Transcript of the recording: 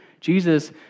Jesus